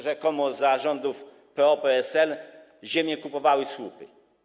Rzekomo za rządów PO-PSL ziemię kupowały słupy.